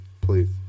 please